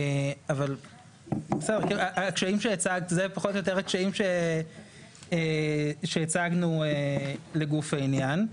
אבל הקשיים שהצגת אלו פחות או יותר הקשיים שהצגנו לגוף העניין.